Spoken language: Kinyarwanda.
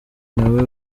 nawe